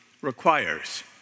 requires